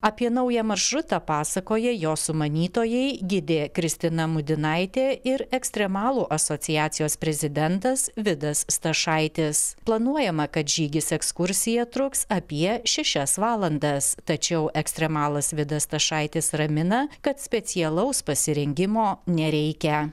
apie naują maršrutą pasakoja jo sumanytojai gidė kristina mudinaitė ir ekstremalų asociacijos prezidentas vidas stašaitis planuojama kad žygis ekskursija truks apie šešias valandas tačiau ekstremalas vidas stašaitis ramina kad specialaus pasirengimo nereikia